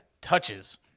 touches